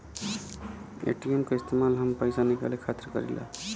ATM क इस्तेमाल हम पइसा निकाले खातिर करीला